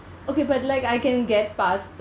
okay but like I can get past